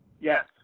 Yes